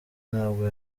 ntabwo